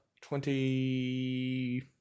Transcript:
Twenty